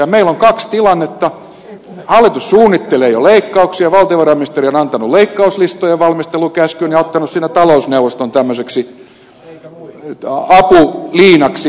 meillä on kaksi tilannetta hallitus suunnittelee jo leikkauksia valtiovarainministeriö on antanut leikkauslistojen valmistelukäskyn ja ottanut siinä talousneuvoston apuliinaksi esiin